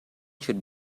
should